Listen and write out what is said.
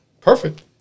perfect